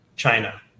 China